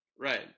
Right